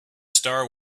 star